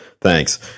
Thanks